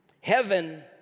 heaven